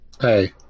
Hey